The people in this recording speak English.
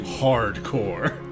Hardcore